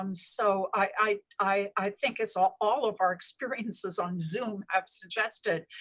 um so i i think as all all of our experiences on zoom have suggested,